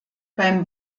beim